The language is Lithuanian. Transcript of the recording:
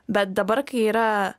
bet dabar kai yra